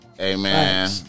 Amen